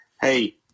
Hey